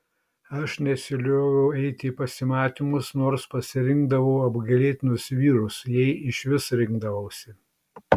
aš nesilioviau eiti į pasimatymus nors pasirinkdavau apgailėtinus vyrus jei išvis rinkdavausi